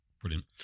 brilliant